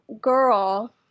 girl